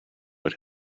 what